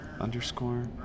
underscore